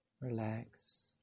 relax